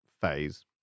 phase